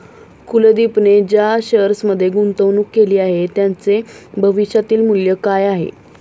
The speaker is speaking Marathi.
कुलदीपने ज्या शेअर्समध्ये गुंतवणूक केली आहे, त्यांचे भविष्यातील मूल्य काय आहे?